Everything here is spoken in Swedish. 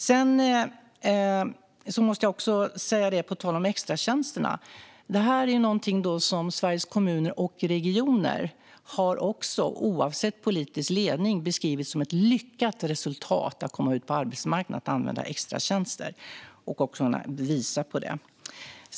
Sedan måste jag på tal om extratjänsterna säga att Sveriges Kommuner och Regioner, oavsett politisk ledning, har beskrivit det som och också kunnat visa att dessa har gett ett lyckat resultat när det gäller att komma ut på arbetsmarknaden.